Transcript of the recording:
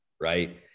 right